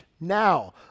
Now